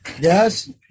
Yes